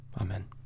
amen